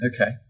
Okay